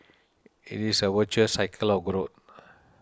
it is a virtuous cycle of growth